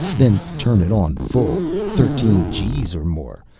then turn it on full thirteen gees or more,